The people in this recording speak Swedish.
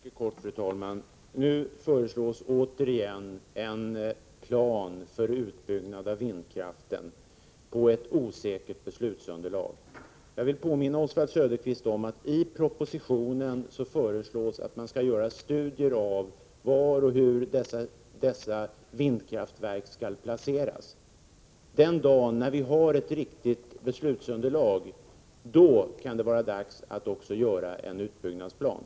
Fru talman! Jag skall fatta mig mycket kort. Nu föreslås återigen en plan för utbyggnad av vindkraften, på ett osäkert beslutsunderlag. Jag vill påminna Oswald Söderqvist om att det i propositionen föreslås att man skall göra studier av var och hur dessa vindkraftverk skall placeras. Den dag när vi har ett riktigt beslutsunderlag kan det vara dags att också göra en utbyggnadsplan.